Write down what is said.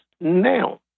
now